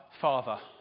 Father